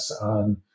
on